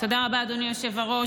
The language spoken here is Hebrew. תודה רבה, אדוני היושב-ראש.